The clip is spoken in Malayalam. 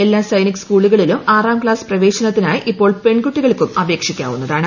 എല്ലാ സൈനിക് സ്കൂളുകളിലും ആറാം ക്ലാസ് പ്രവേശനത്തിനായി ഇപ്പോൾ പെൺകുട്ടികൾക്കും അപേക്ഷിക്കാവുന്നതാണ്